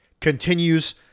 continues